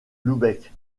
lübeck